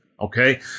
okay